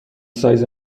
سایز